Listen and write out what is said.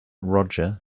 roger